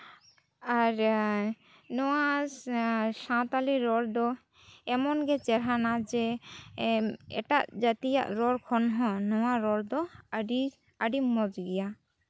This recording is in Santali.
ᱟᱨ ᱱᱚᱣᱟ ᱥᱟᱱᱛᱟᱲᱤ ᱨᱚᱲ ᱫᱚ ᱮᱢᱚᱱ ᱜᱮ ᱪᱮᱨᱦᱟᱱᱟ ᱡᱮ ᱮᱴᱟᱜ ᱡᱟᱹᱛᱤᱭᱟᱜ ᱨᱚᱲ ᱠᱷᱚᱱ ᱦᱚᱸ ᱱᱚᱣᱟ ᱨᱚᱲ ᱫᱚ ᱟᱹᱰᱤ ᱟᱹᱰᱤ ᱢᱚᱡᱽ ᱜᱮᱭᱟ